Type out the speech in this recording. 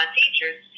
teachers